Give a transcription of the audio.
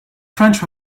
french